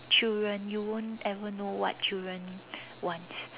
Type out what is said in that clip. children you won't ever know what children wants